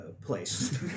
place